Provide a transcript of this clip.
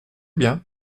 bien